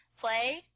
play